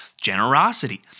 generosity